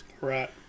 Right